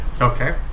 Okay